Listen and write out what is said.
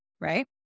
right